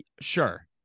Sure